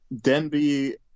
Denby